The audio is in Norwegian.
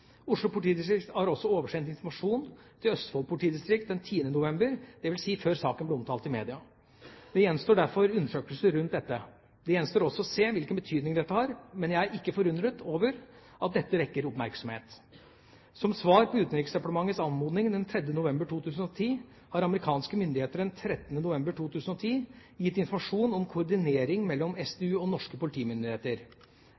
Oslo politidistrikt har også oversendt informasjon til Østfold politidistrikt den 10. november, dvs. før saken ble omtalt i media. Det gjenstår derfor undersøkelser rundt dette. Det gjenstår også å se hvilken betydning dette har, men jeg er ikke forundret over at dette vekker oppmerksomhet. Som svar på Utenriksdepartementets anmodning den 3. november 2010 har amerikanske myndigheter den 13. november 2010 gitt informasjon om koordinering mellom